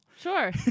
Sure